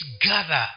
gather